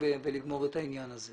העניין הזה.